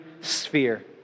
sphere